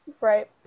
Right